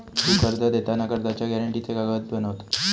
तु कर्ज देताना कर्जाच्या गॅरेंटीचे कागद बनवत?